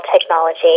technology